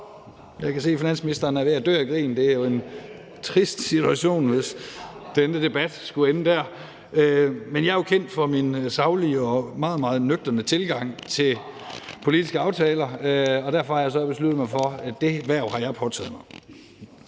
Jeg kan se, at finansministeren er ved at dø af grin, og det er jo en trist situation, hvis denne debat skulle ende der, men jeg er jo kendt for min saglige og meget, meget nøgterne tilgang til politiske aftaler, og derfor har jeg besluttet mig for, at det hverv har jeg påtaget mig.